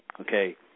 okay